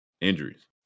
injuries